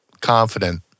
confident